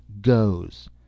goes